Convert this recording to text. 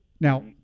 Now